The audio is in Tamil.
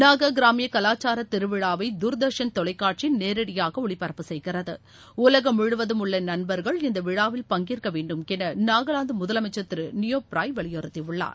நாகா கிராமிய கலாச்சார திருவிழாவை தூர்தர்ஷன் தொலைக்காட்சி நேரடியாக ஒளிபரப்பு செய்கிறது உலகம் முழுவதும் உள்ள நண்பர்கள் இந்த விழாவில் பங்கேற்க வேண்டுமென நாகாலாந்து முதலமைச்சர் திரு நியோப்பிராய் வலியுறுத்தியுள்ளார்